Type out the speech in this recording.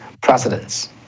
precedence